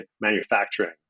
manufacturing